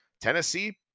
Tennessee